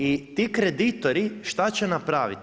I ti kreditori šta će napraviti?